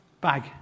bag